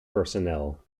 personnel